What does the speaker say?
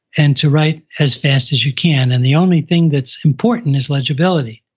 and to write as fast as you can and the only thing that's important is legibility,